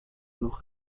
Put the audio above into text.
noch